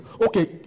Okay